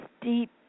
deep